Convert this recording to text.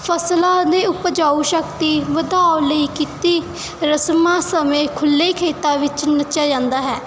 ਫਸਲਾਂ ਦੀ ਉਪਜਾਊ ਸ਼ਕਤੀ ਵਧਾਉਣ ਲਈ ਕੀਤੀਆਂ ਰਸਮਾਂ ਸਮੇਂ ਖੁੱਲ੍ਹੇ ਖੇਤਾਂ ਵਿੱਚ ਨੱਚਿਆ ਜਾਂਦਾ ਹੈ